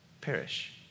perish